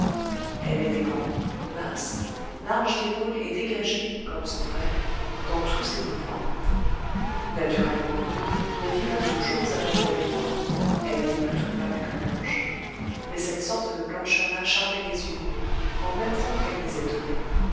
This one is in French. elle était grande mince large d'épaules et dégagée comme son frère dans tous ses mouvements naturellement brune mais vivant toujours à l'ombre des bois elle était plutôt pâle que blanche mais cette sorte de blancheur là charmait les yeux en même temps qu'elle les étonnait